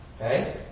Okay